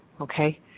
okay